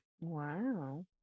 Wow